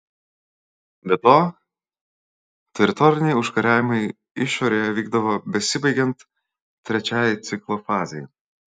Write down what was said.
be to teritoriniai užkariavimai išorėje vykdavo besibaigiant trečiajai ciklo fazei